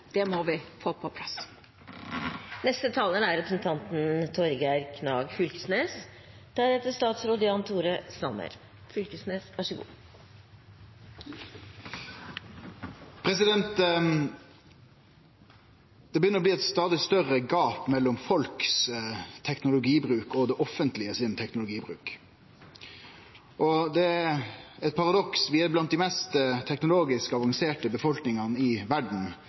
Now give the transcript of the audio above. Det må vi få på plass. Det begynner å bli eit stadig større gap mellom folk sin teknologibruk og teknologibruken i det offentlege. Det er eit paradoks at vi er av dei mest teknologisk avanserte befolkningane i